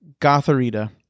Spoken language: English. Gotharita